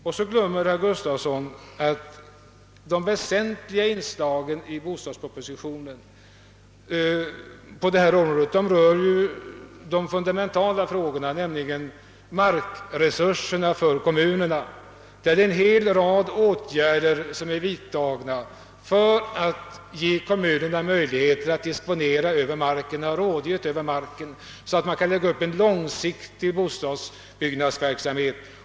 Men så glömmer herr Gustafsson, när han talar om bostadsbyggandets omfattning, att ett väsentligt inslag i bostadspropositionen i detta avseende gäller frågan om kommunernas markresurser. Det har vidtagits en hel rad åtgärder för att ge kommunerna möjligheter att disponera över marken, så att de kan lägga upp en långsiktig bostadsbyggnadsverksamhet.